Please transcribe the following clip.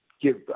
give